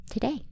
today